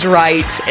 right